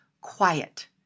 quiet